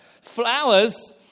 Flowers